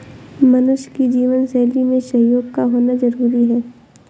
मनुष्य की जीवन शैली में सहयोग का होना जरुरी है